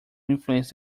influence